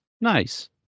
Nice